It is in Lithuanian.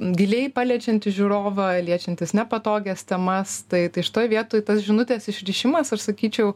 giliai paliečiantis žiūrovą liečiantis nepatogias temas tai tai šitoj vietoj tas žinutės išrišimas aš sakyčiau